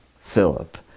Philip